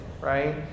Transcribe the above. right